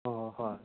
ꯑꯣ ꯍꯣꯏ